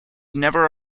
never